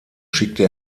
schickte